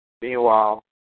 Meanwhile